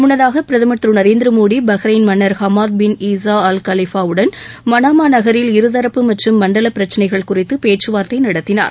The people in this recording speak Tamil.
முன்னதாக பிரதமர் திரு நரேந்திர மோடி பஹ்ரைன் மன்னர் Hamad bin Isa Al Khalifa வுடன் மனாமா நகரில் இருதரப்பு மற்றும் மண்டல பிரச்சினைகள் குறித்து பேச்சுவார்த்தை நடத்தினார்